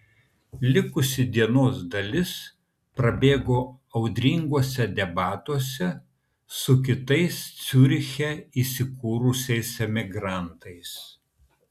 likusi dienos dalis prabėgo audringuose debatuose su kitais ciuriche įsikūrusiais emigrantais